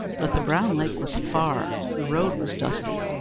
but the brown lake was far, the road was dusty,